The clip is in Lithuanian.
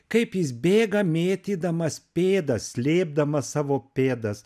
kaip jis bėga mėtydamas pėdas slėpdamas savo pėdas